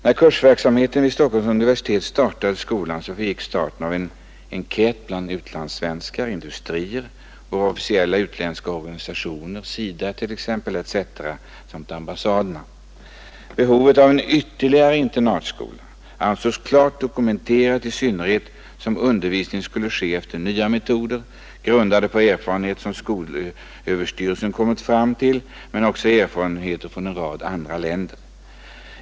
När Kursverksamheten vid Stockholms universitet startade skolan föregicks detta av en enkät bland utlandssvenskar, industrier, våra officiella utlandsinriktade organ — t.ex. SIDA — samt ambassaderna. Behovet av en ytterligare internatskola var alltså klart dokumenterat, i synnerhet som undervisningen skulle ske efter nya metoder, grundade på erfarenheter som skolöverstyrelsen kommit fram till men också på erfarenheter från en rad andra länder.